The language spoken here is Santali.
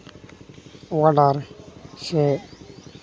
ᱚᱰᱟᱨ ᱥᱮ